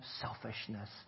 selfishness